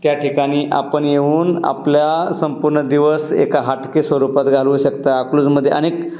त्या ठिकानी आपण येऊन आपला संपूर्ण दिवस एक हटके स्वरूपात घालवू शकता अकलूजमधे अनेक